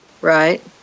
right